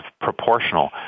proportional